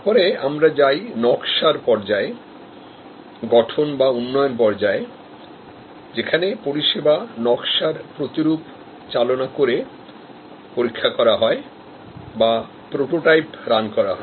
তারপরে আমরা যাই নকশার পর্যায়ে গঠন বা উন্নয়ন পর্যায়ে যেখানে পরিষেবা নকশার প্রতিরূপ চালনা করে পরীক্ষা করা হয় বা প্রোটোটাইপ রান করা হয়